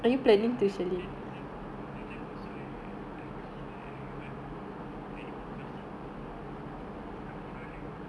ya then then that time that time also I like I beli the what Animal Crossing sembilan puluh dollar